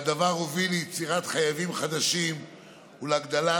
והדבר הוביל ליצירת חייבים חדשים ולהגדלת